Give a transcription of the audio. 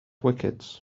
wickets